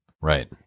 Right